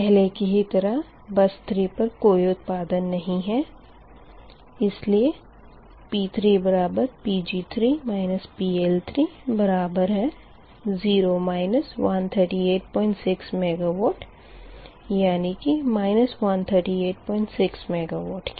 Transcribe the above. पहले की ही तरह बस 3 पर कोई उत्पादन नही इसलिए P3Pg3 PL3 बराबर है 0 1386 मेगावाट यानी कि 1386 मेगावाट के